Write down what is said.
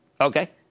Okay